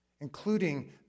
including